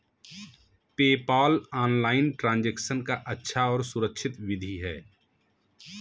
PayPal online transaction का अच्छा और सुरक्षित विधि है